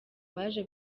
baje